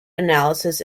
analysis